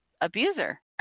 abuser